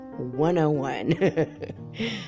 101